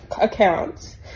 accounts